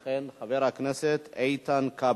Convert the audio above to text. אכן, חבר הכנסת איתן כבל,